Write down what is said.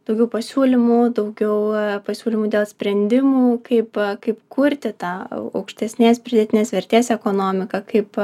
tokių pasiūlymų daugiau pasiūlymų dėl sprendimų kaip kaip kurti tą aukštesnės pridėtinės vertės ekonomiką kaip